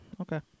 Okay